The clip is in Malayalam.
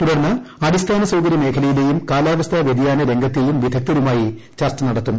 തുടർന്ന് അടിസ്ഥാന സൌകര്യ മേഖലയിലേയും കാലാവസ്ഥാ വ്യതിയാന രംഗത്തേയൂം വിദഗ്ധരുമായി ചർച്ച നടത്തും